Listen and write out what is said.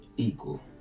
Equal